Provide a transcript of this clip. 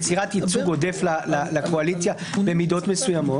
בעיניי השימוש בשליש בנתונים הנוכחיים